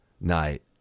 night